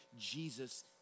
Jesus